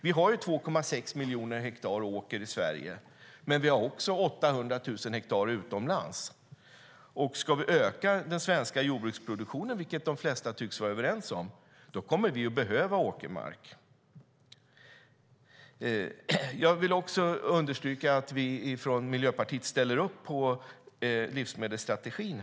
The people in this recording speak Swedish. Vi har 2,6 miljoner hektar åker i Sverige, men det finns också 800 000 hektar utomlands. Om vi ska öka den svenska jordbruksproduktionen, vilket de flesta tycks vara överens om, kommer vi att behöva åkermark. Jag vill understryka att vi från Miljöpartiet ställer upp på livsmedelsstrategin.